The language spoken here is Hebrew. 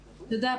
תודה.